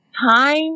Time